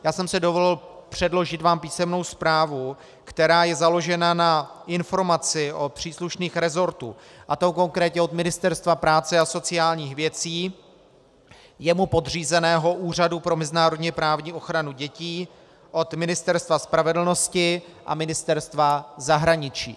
Já jsem si dovolil předložit vám písemnou zprávu, která je založena na informaci od příslušných resortů, a to konkrétně od Ministerstva práce a sociálních věcí, jemu podřízeného Úřadu pro mezinárodněprávní ochranu dětí, od Ministerstva spravedlnosti a Ministerstva zahraničí.